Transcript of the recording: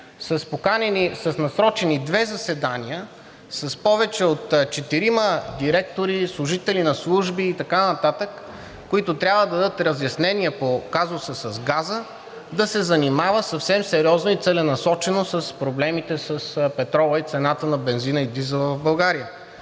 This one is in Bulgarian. с насрочени две заседания с повече от четирима директори, служители на служби и така нататък, които трябва да дадат разяснения по казуса с газа, да се занимава съвсем сериозно и целенасочено с проблемите с петрола и цената на бензина и дизела в България.